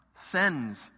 sends